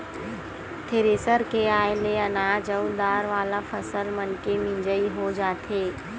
thresher के आये ले अनाज अउ दार वाला फसल मनके मिजई हो जाथे